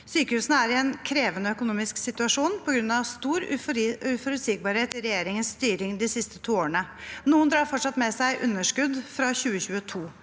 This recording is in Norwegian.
Sykehusene er i en krevende økonomisk situasjon på grunn av stor uforutsigbarhet i regjeringens styring de siste to årene. Noen drar fortsatt med seg underskudd fra 2022.